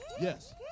Yes